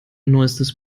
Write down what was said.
neuestes